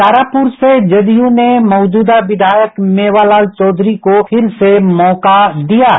तारापुर से जदय ने मौजूदा विधायक मेवालाल चोधरी को फिर से मौका दिया है